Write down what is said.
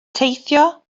teithio